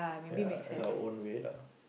ya as our own way lah